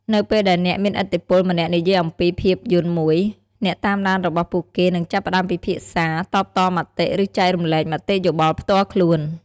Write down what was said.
នៅពេលដែលអ្នកមានឥទ្ធិពលម្នាក់និយាយអំពីភាពយន្តមួយ អ្នកតាមដានរបស់ពួកគេនឹងចាប់ផ្ដើមពិភាក្សា តបតមតិ ឬចែករំលែកមតិយោបល់ផ្ទាល់ខ្លួន។